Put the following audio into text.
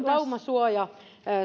laumasuojan